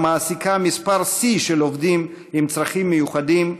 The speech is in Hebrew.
ומעסיקה מספר שיא של עובדים עם צרכים מיוחדים,